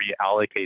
reallocate